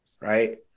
Right